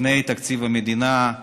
לפני תקציב המדינה,